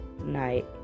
night